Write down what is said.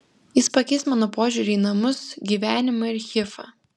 jis pakeis mano požiūrį į namus gyvenimą ir hifą